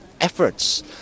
efforts